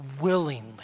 willingly